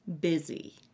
busy